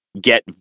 get